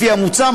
לפי המוצע,